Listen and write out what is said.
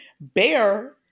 Bear